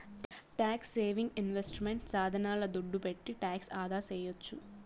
tax saving investment సాధనాల దుడ్డు పెట్టి టాక్స్ ఆదాసేయొచ్చు